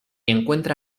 encuentra